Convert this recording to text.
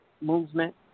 Movement